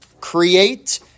Create